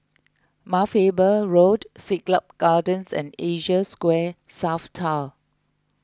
Mount Faber Road Siglap Gardens and Asia Square South Tower